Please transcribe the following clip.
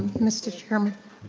mr. chairman.